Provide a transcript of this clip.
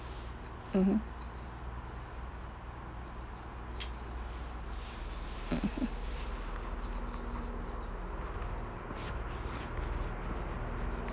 mmhmm mmhmm